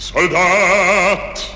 Soldat